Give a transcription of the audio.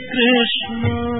Krishna